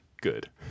good